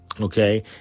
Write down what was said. okay